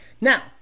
Now